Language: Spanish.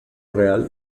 real